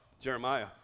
Jeremiah